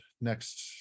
next